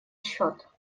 счет